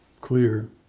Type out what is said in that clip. clear